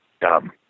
dumb